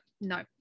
no